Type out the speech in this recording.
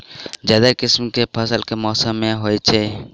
ज्यादातर किसिम केँ फसल केँ मौसम मे होइत अछि?